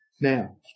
now